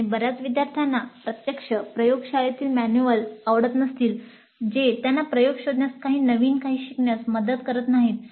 आणि बर्याच विद्यार्थ्यांना प्रत्यक्ष प्रयोगशाळेतील मॅन्युअल आवडत नसतील जे त्यांना प्रयोग शोधण्यास किंवा नवीन काही शिकण्यात मदत करत नाहीत